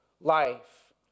life